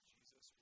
Jesus